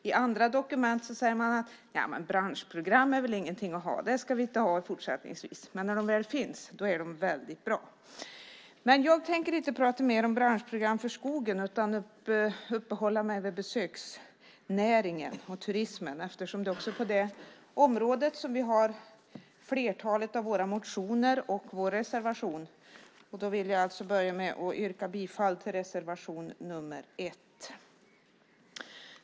I andra dokument säger man att branschprogram inte är något att ha, och det ska vi inte ha i fortsättningen. När de väl finns är de väldigt bra. Jag tänker inte prata mer om branschprogram för skogen utan uppehålla mig vid besöksnäringen och turismen eftersom det är på det området vi har flertalet av våra motioner och vår reservation. Jag vill börja med att yrka bifall till reservation nr 1.